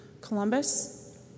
Columbus